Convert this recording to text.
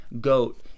goat